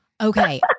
Okay